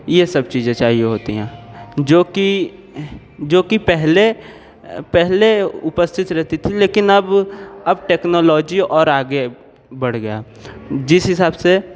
यह सब चीज़ें चाहिए होती हैं जो कि जो कि पहले पहले उपस्थित रहती थी लेकिन अब अब टेक्नोलॉजी और आगे बढ़ गया जिस हिसाब से